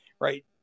Right